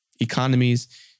economies